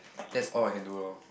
that's all I can do lor